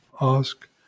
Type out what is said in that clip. ask